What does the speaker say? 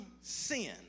sin